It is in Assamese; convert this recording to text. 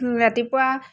ৰাতিপুৱা